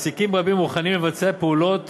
מעסיקים רבים מוכנים לבצע פעולות